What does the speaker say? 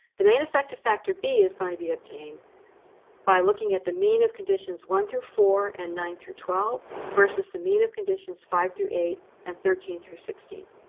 the main effect of factor b is going to be obtained by looking at the mean of conditions one through four and nine through twelve versus the mean of conditions five through eight and thirteen through sixteen.